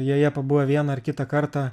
joje pabuvę vieną ar kitą kartą